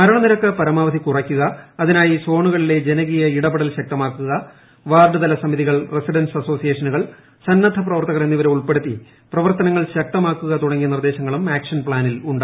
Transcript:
മരണ നിരക്ക് പ്രമാവധി കുറക്കുക അതിനായി സോണുകളിലെ ജനകീയ ഇടപെടൽ ശക്തമാക്കുക വാർഡുതല സമിതികൾ റെസിഡൻസ് അസോസിയേഷൻ സ്ന്നദ്ധ പ്രവർത്തകർ എന്നിവരെ ഉൾപ്പെടുത്തി പ്രവർത്തനങ്ങൾ ശക്തമാക്കുക തുടങ്ങിയി നിർദ്ദേശങ്ങളും ആക്ഷൻ പ്പാനിൽ ഉണ്ട്